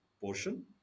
portion